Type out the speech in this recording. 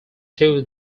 two